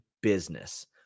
business